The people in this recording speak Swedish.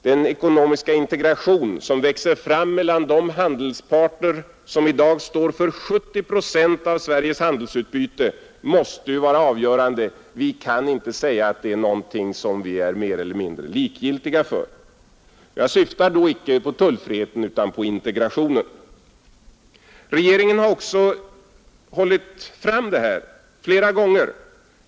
Den ekonomiska integration som växer fram mellan de handelspartner som i dag står för 70 procent av Sveriges handelsutbyte måste ju vara avgörande, Vi kan inte säga att det är något vi är mer eller mindre likgiltiga för. Jag syftar därvid inte på tullfriheten utan på integrationen. Regeringen har också hållit fram detta flera gånger.